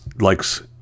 likes